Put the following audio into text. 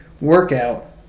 workout